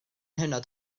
hynod